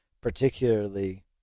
particularly